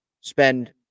spend